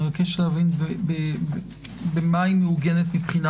אני מבקש להבין במה היא מעוגנת מבחינה